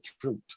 truth